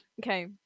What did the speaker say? Okay